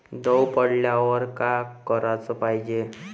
दव पडल्यावर का कराच पायजे?